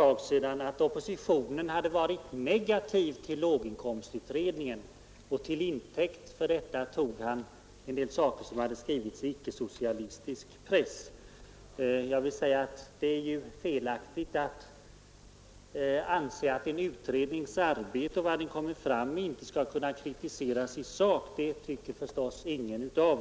anförande att oppositionen hade varit negativ till låginkomstutredningen, och till intäkt för detta tog han en del saker som hade skrivits i icke-socialistisk press. Jag vill för det första säga att det är felaktigt att anse att en utrednings arbete och vad den kommer fram till inte skall kunna kritiseras i sak. Den åsikten har vi väl alla.